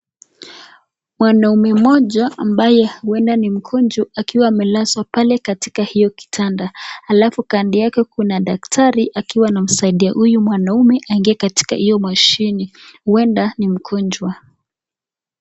Mwanaume moja ambaye uenda ni mgonjwa akiwa amelazwa pale katika hiyo kitanda, alafu kando yake kuna daktari akiwa anamsaidia huyu mwanaume aingie katika hiyo mashine, uenda ni mgonjwa.